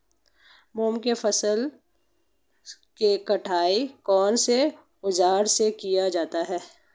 मूंग की फसल की कटाई कौनसे औज़ार से की जाती है?